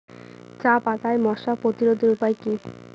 চাপাতায় মশা প্রতিরোধের উপায় কি?